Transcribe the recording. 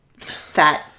fat